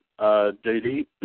JD